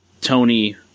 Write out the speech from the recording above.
Tony